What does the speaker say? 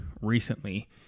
recently